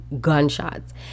gunshots